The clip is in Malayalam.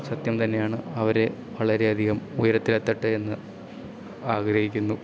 സത്യം തന്നെയാണ് അവരെ വളരെയധികം ഉയരത്തിലെത്തട്ടെ എന്ന് ആഗ്രഹിക്കുന്നു